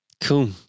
Cool